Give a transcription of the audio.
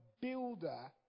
builder